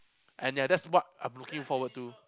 and yeah that's what I'm looking forward to